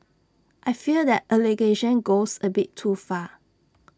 I fear that allegation goes A bit too far